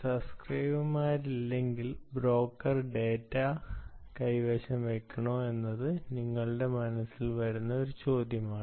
സബ്സ്ക്രൈബർമാരില്ലെങ്കിൽ broker data കൈവശം വയ്ക്കണോ എന്നത് നിങ്ങളുടെ മനസ്സിൽ വരുന്ന ഒരു ചോദ്യമാണ്